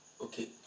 Okay